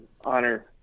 honor